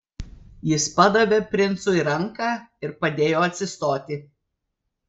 jis padavė princui ranką ir padėjo atsistoti